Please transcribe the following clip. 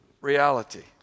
reality